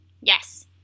Yes